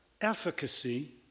efficacy